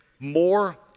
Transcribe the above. more